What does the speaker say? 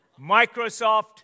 Microsoft